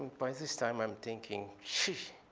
by this time, i'm thinking, sheesh!